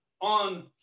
on